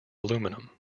aluminum